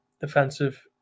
defensive